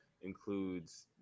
includes